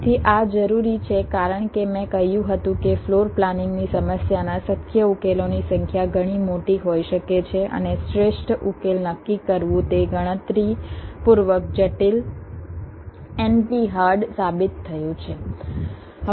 તેથી આ જરૂરી છે કારણ કે મેં કહ્યું હતું કે ફ્લોર પ્લાનિંગની સમસ્યાના શક્ય ઉકેલોની સંખ્યા ઘણી મોટી હોઈ શકે છે અને શ્રેષ્ઠ ઉકેલ નક્કી કરવું તે ગણતરીપૂર્વક જટિલ NP હાર્ડ સાબિત થયું છે